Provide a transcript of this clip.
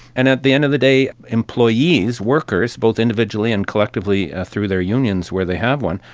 and at the end of the day, employees, workers, both individually and collectively through their unions, where they have one,